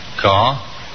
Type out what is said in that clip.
Car